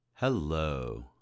Hello